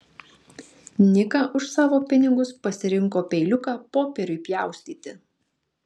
nika už savo pinigus pasirinko peiliuką popieriui pjaustyti